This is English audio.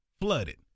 flooded